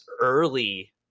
early